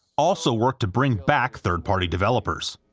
also worked to bring back third-party developers.